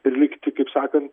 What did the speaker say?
ir likti kaip sakant